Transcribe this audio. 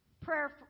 Prayer